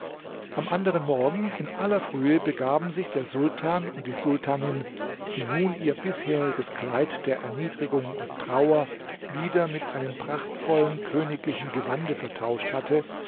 am anderen morgen in aller frühe begaben sich der sultan und die sultanin die nun ihr bisheriges kleid der erniedrigung und trauer wieder mit einem prachtvollen königlichen gewande vertauscht hatte